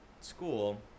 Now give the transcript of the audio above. school